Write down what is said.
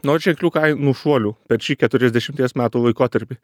nors ženklių kainų šuolių per šį keturiasdešimties metų laikotarpį